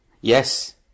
yes